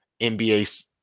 NBA